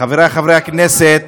חברי חברי הכנסת,